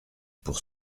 pour